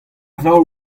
zaol